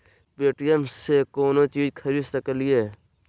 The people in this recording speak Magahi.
पे.टी.एम से कौनो चीज खरीद सकी लिय?